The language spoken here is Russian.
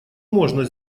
можно